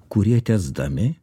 kurie tęsdami